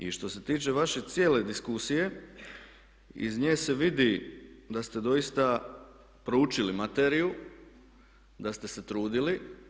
I što se tiče vaše cijele diskusije iz nje se vidi da ste doista proučili materiju, da ste se trudili.